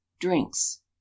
Drinks